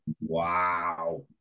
Wow